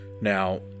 Now